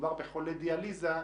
כשמדובר בחולי דיאליזה,